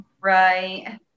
right